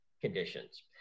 conditions